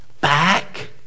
back